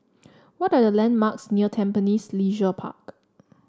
what are the landmarks near Tampines Leisure Park